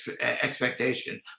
expectation